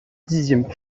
dixième